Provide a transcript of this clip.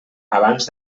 abans